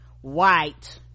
white